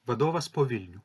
vadovas po vilnių